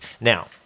Now